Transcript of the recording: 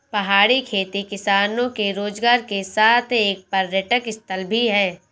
पहाड़ी खेती किसानों के रोजगार के साथ एक पर्यटक स्थल भी है